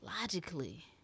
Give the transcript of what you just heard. logically